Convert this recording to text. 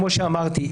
כמו שאמרתי,